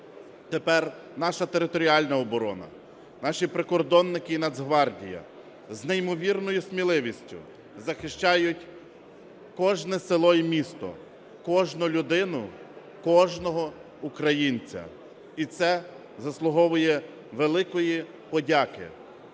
тепер наша територіальна оборона, наші прикордонники і Нацгвардія з неймовірною сміливістю захищають кожне село і місто, кожну людину, кожного українця. І це заслуговує великої подяки.